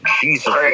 Jesus